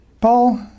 Paul